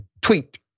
tweet